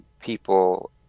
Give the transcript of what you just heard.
people